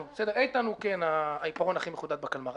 איתן הוא כן העיפרון הכי מחודד בקלמר.